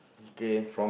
okay